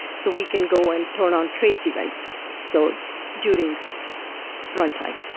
so we can go and turn on trace events so during runtime,